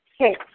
okay